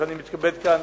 ואני מתכבד כאן